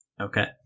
Okay